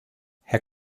herr